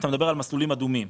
כאשר מדובר על מסלולים אדומים.